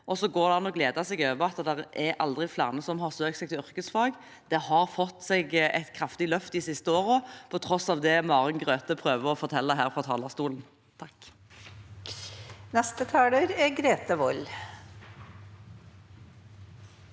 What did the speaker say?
an å glede seg over at det aldri har vært flere som har søkt seg til yrkesfag. Det har fått seg et kraftig løft de siste årene, på tross av det Maren Grøthe prøver å fortelle her fra talerstolen. Grete Wold